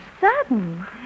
sudden